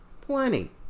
Plenty